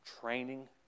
training